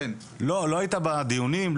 לא היית בדיונים?